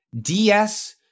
DS